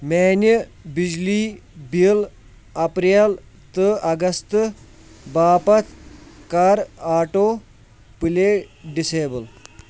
میٛانہِ بِجلی bill April تہٕ اَگست باپتھ کَر آٹوٗ پُلے ڈِسایبل